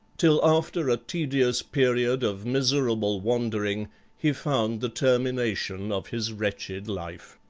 till after a tedious period of miserable wandering he found the termination of his wretched life.